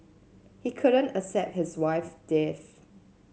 he couldn't accept his wife's death